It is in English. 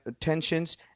tensions –